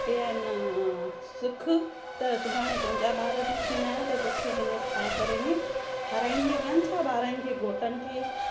की आहे न सिख त सुभाणे तुंहिंजा ॿार बि थींदा त तोखे हिन ठाहे करे ने खाराईंदी कोनि छा ॿारनि खे घोटनि खे ॿारनि खे